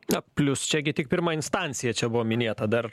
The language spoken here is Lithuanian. na plius čia gi tik pirma instancija čia buvo minėta dar